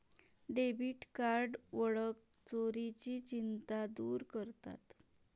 debit card ओळख चोरीची चिंता दूर करतात